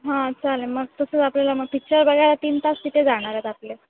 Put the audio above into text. हां चालेल मग तसंच आपल्याला मग पिक्चर बघायला तीन तास तिथे जाणार आहेत आपले